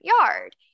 yard